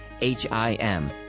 H-I-M